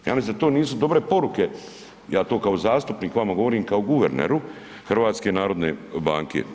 Ja mislim da to nisu dobre poruke, ja to kao zastupnik vama govorim kao guverneru HNB-a.